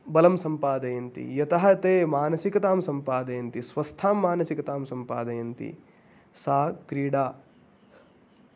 बलं सम्पादयन्ति यतः ते मानसिकतां सम्पादयन्ति स्वस्थां मानसिकतां सम्पादयन्ति सा क्रीडा